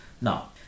Now